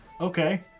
Okay